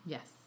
Yes